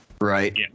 Right